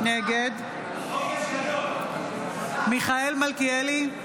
נגד מיכאל מלכיאלי,